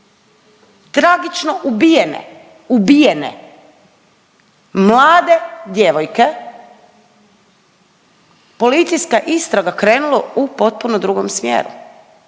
tragično ubijene, ubijene mlade djevojke policijska istraga krenula u potpuno drugom smjeru